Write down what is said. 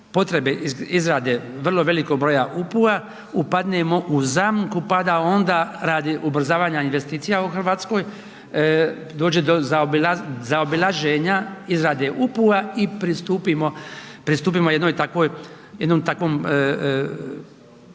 izrade vrlo velikog broja UPU-a upadnemo u zamku pa da onda radi ubrzavanja investicija u Hrvatskoj dođe do zaobilaženja izrade UPU-a i pristupimo jednoj takvoj,